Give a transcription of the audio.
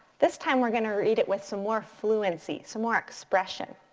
this time we're going to read it with some more fluency, so more expression.